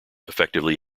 effectively